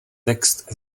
text